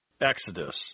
Exodus